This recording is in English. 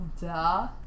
duh